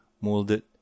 molded